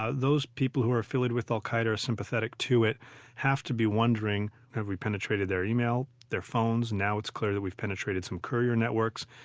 ah those people who are affiliated with al-qaida or sympathetic to it have to be wondering have we penetrated their emails, their phones? now it's clear that we've penetrated some courier networks.